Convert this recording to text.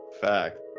fact